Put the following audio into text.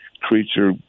creature